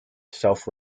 self